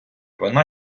вона